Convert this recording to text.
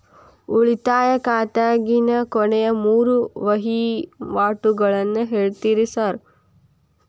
ಉಳಿತಾಯ ಖಾತ್ಯಾಗಿನ ಕೊನೆಯ ಮೂರು ವಹಿವಾಟುಗಳನ್ನ ಹೇಳ್ತೇರ ಸಾರ್?